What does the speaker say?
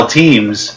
teams